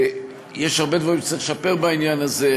יש הרבה דברים שצריך לשפר בעניין הזה.